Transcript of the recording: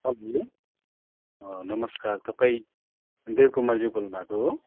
हजुर नमस्कार तपाईँ देव कुमारज्यू बोल्नु भएको हो